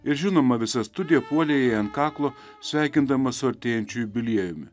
ir žinoma visa studija puolė jai ant kaklo sveikindama su artėjančiu jubiliejumi